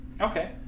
okay